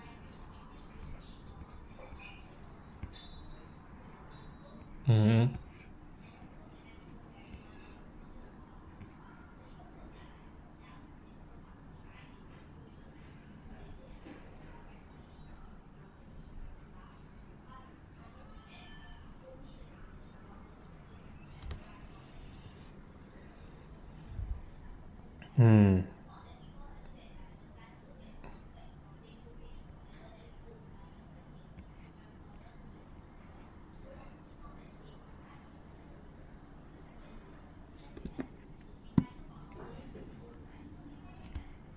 mmhmm mm